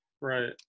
Right